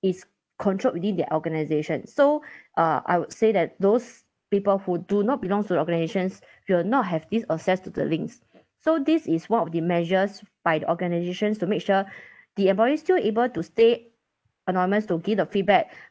is controlled within their organisation so uh I would say that those people who do not belongs to the organisations will not have this access to the links so this is one of the measures by the organisations to make sure the employees still able to stay anonymous to give feedback